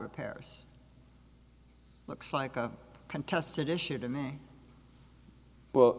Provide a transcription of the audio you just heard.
repairs looks like a contested issue to me well